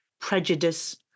prejudice